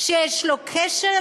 שאין לו קשר לקואליציה ואופוזיציה,